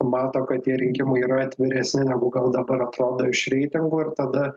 mato kad tie rinkimai yra atviresni negu gal dabar atrodo iš reitingų ir tada